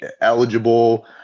eligible